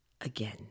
again